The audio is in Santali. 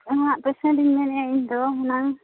ᱯᱮᱥᱮᱱᱴ ᱤᱧ ᱢᱮᱱᱮᱫᱼᱟ ᱤᱧᱫᱚ ᱦᱩᱱᱟᱹᱝ